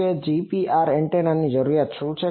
તો GPR એન્ટેનાની જરૂરિયાત શું છે